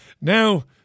now